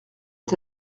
est